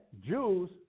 Jews